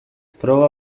proba